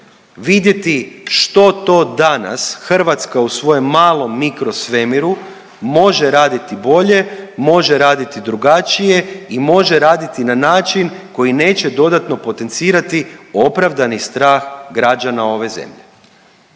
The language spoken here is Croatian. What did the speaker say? Vidjeti što to danas Hrvatska u svojem malom mikrosvemiru može raditi bolje, može raditi drugačije i može raditi na način koji neće dodatno potencirati opravdani strah građana ove zemlje.